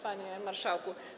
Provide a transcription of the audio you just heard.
Panie Marszałku!